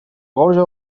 gorga